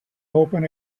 open